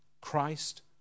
Christ